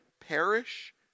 perish